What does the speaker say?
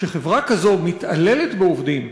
כשחברה כזו מתעללת בעובדים,